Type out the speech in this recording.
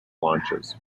launches